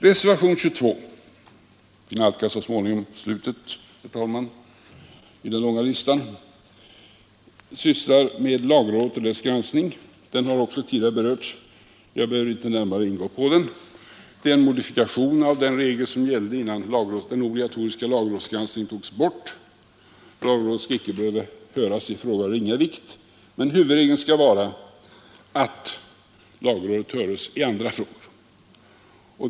Reservationen 22 — jag nalkas så småningom slutet, herr talman, i den långa listan — sysslar med lagrådet och dess granskning. Den har också tidigare berörts, och jag behöver inte närmare ingå på den. Det är en modifikation av den regel som gällde innan den obligatoriska lagrådsgranskningen togs bort. Lagrådet skall icke behöva höras i frågor av ringa vikt. Men huvudregeln skall vara att lagrådet hörs i andra frågor.